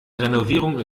renovierung